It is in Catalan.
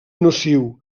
nociu